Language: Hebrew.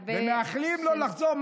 והרבה אושר.